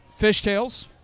fishtails